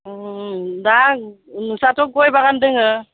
दा नोंस्राथ' गय बागान दोङो